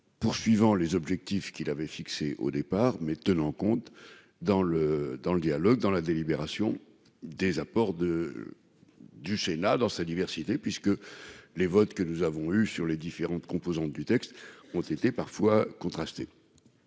poursuivant les objectifs qu'il avait fixé au départ, mais tenant compte dans le dans le dialogue dans la délibération des apports de du Sénat dans sa diversité, puisque les votes que nous avons eu sur les différentes composantes du texte ont été parfois contrastées,